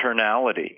eternality